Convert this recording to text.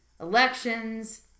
elections